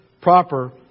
proper